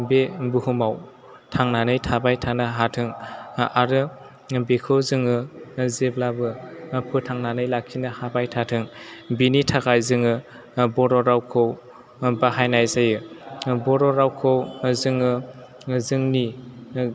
बे बुहुमआव थांनानै थाबाय थानो हाथों आरो बेखौ जोङो जेब्लाबो फोथांनानै लाखिनो हाबाय थाथों बिनि थाखाय जोङो बर' रावखौ बाहायनाय जायो बर' रावखौ जोङो जोंनि